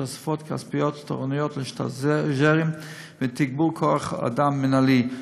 בתוספות כספיות לתורנויות לסטאז'רים ותגבור כוח-אדם מינהלי.